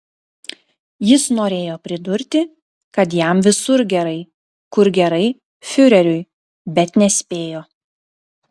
jis norėjo pridurti kad jam visur gerai kur gerai fiureriui bet nespėjo